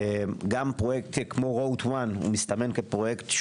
גם פרויקט כמו רואט 1 מסתמן כפרויקט,